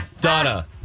Donna